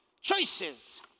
choices